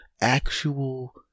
actual